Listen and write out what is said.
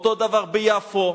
אותו דבר ביפו,